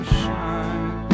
shine